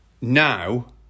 now